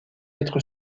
être